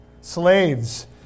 Slaves